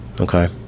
Okay